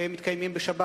מתקיימים בשבת.